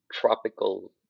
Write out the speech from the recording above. tropical